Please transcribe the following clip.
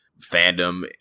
fandom